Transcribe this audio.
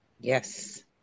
Yes